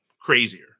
crazier